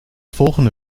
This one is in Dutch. volgende